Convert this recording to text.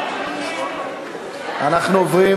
אנחנו עוברים